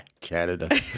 Canada